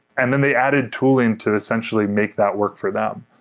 and then they added tooling to essentially make that work for them.